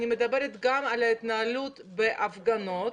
אני מדברת גם על ההתנהלות בהפגנות.